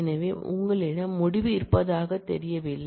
எனவே உங்களிடம் முடிவு இருப்பதாக தெரியவில்லை